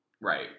Right